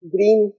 Green